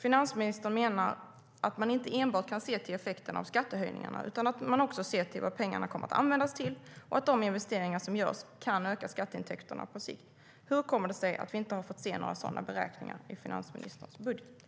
Finansministern menar att man inte enbart kan se till effekten av skattehöjningarna utan att man också måste se till vad pengarna kommer att användas till och att de investeringar som görs kan öka skatteintäkterna på sikt. Hur kommer det sig att vi inte har fått se några sådana beräkningar i finansministerns budget?